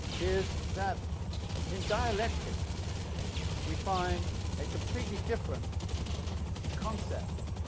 is that in dialectics we find a completely different concept